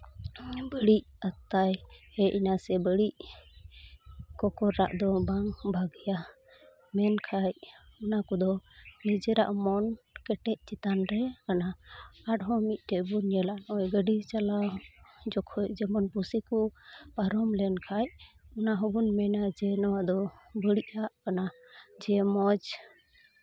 ᱵᱟᱹᱲᱤᱡ ᱟᱛᱛᱟᱭ ᱦᱮᱡ ᱮᱱᱟ ᱥᱮ ᱵᱟᱹᱲᱤᱡ ᱠᱚᱠᱚᱨ ᱨᱟᱜ ᱫᱚ ᱵᱟᱝ ᱵᱷᱟᱹᱜᱤᱭᱟ ᱢᱮᱱᱠᱷᱟᱱ ᱚᱱᱟ ᱠᱚᱫᱚ ᱱᱤᱡᱮᱨᱟᱜ ᱢᱚᱱ ᱠᱮᱴᱮᱡ ᱪᱮᱛᱟᱱ ᱨᱮ ᱠᱟᱱᱟ ᱟᱨᱦᱚᱸ ᱢᱤᱫᱴᱮᱱ ᱵᱚᱱ ᱧᱮᱞᱟ ᱜᱟᱹᱰᱤ ᱪᱟᱞᱟᱣ ᱡᱚᱠᱷᱚᱱ ᱡᱮᱢᱚᱱ ᱯᱩᱥᱤ ᱠᱚ ᱯᱟᱨᱚᱢ ᱞᱮᱱᱠᱷᱟᱱ ᱚᱱᱟ ᱦᱚᱸᱵᱚᱱ ᱢᱮᱱᱟ ᱡᱮ ᱱᱚᱣᱟᱫᱚ ᱵᱟᱹᱲᱤᱡ ᱟᱜ ᱠᱟᱱᱟ ᱡᱮ ᱢᱚᱡᱽ